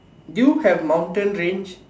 do you have mountain range